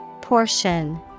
Portion